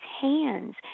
hands